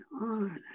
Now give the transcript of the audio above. on